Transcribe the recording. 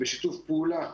בשיתוף פעולה,